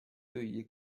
对于